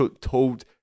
told